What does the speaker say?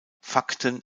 fakten